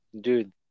Dude